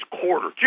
quarter